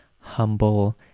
humble